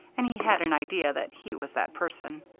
and he had an idea that he was that person.